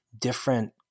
different